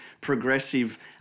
progressive